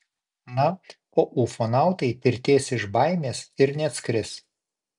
na o ufonautai tirtės iš baimės ir neatskris